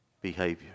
behavior